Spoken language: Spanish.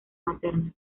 materna